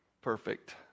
perfect